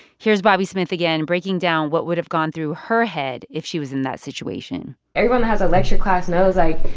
here's bobbi smith again, breaking down what would have gone through her head if she was in that situation everyone that has a lecture class knows, like,